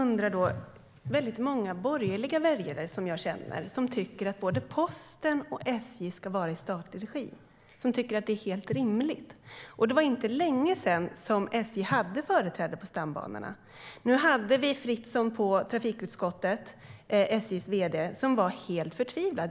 Herr talman! Många borgerliga väljare som jag känner tycker att både Posten och SJ ska vara i statlig regi. De tycker att det är helt rimligt. Det var inte länge sedan som SJ hade företräde på stambanorna. När SJ:s vd Fritzson besökte trafikutskottet var han helt förtvivlad.